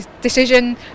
decision